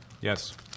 Yes